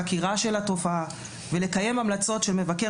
חקירה של התופעה ולקיים המלצות של מבקר